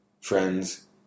Friends